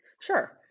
Sure